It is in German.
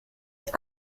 die